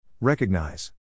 Recognize